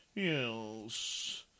Yes